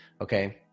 okay